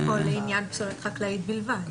או שזה יהיה לעניין פסולת חקלאית בלבד.